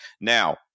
Now